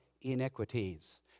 iniquities